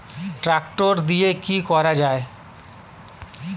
Tractor দিয়ে কি করা যায়?